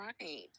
right